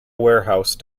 warehouse